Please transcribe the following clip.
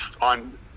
on